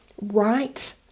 right